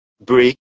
brick